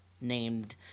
named